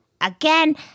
Again